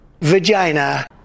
Vagina